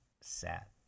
set